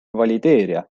valideerija